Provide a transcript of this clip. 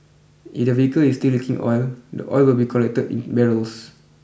if the vehicle is still leaking oil the oil will be collected in barrels